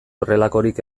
horrelakorik